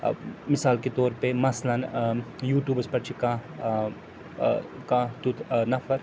ٲں مِثال کے طور پے مثلًا ٲں یوٗٹوٗبَس پٮ۪ٹھ چھُ کانٛہہ ٲں ٲں کانٛہہ تیٛتھ ٲں نَفر